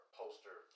poster